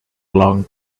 long